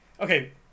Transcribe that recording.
Okay